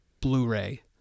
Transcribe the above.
Blu-ray